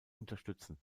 unterstützen